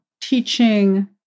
teaching